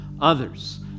others